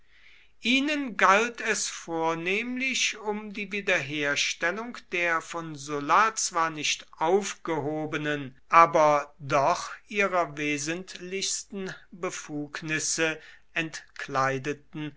ihnen galt es vornehmlich um die wiederherstellung der von sulla zwar nicht aufgehobenen aber doch ihrer wesentlichsten befugnisse entkleideten